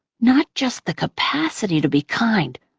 not just the capacity to be kind,